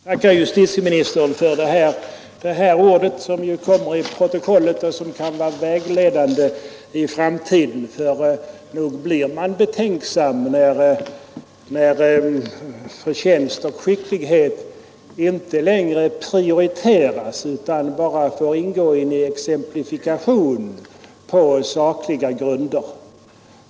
Herr talman! Jag tackar justitieministern för dessa ord, som ju kommer in i protokollet och som kan vara vägledande för framtiden. Ty nog blir man betänksam när förtjänst och skicklighet inte längre prioriteras utan bara får ingå i en exemplifikation på begreppet sakliga grunder.